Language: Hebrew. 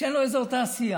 כשאין לו אזור תעשייה,